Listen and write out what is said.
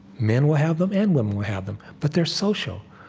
men will have them, and women will have them. but they're social.